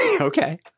Okay